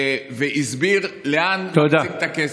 והסביר לאן מקצים את הכסף.